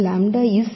is real